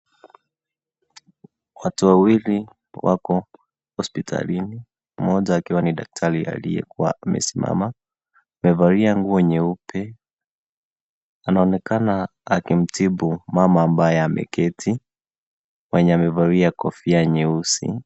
Watu wawili wako hospitalini mmoja akiwa ni daktari aliyekuwa amesimama amevalia nguo nyeupe, anaonekana akimtibu mama ambaye ameketi mwenye amevalia kofia nyeusi.